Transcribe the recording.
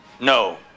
No